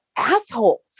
Assholes